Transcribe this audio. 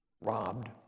robbed